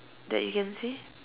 that you can see